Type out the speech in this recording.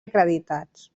acreditats